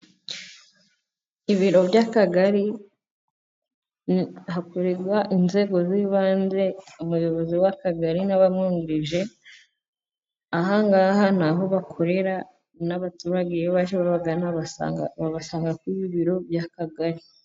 Ibiro by'akagari hakorerwa inzego z'ibanze, umuyobozi w'akagari n'abamwungirije. Ahangaha n'aho bakorera, abaturage iyo baje babagana babasanga ku biro by'akagari.